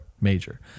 major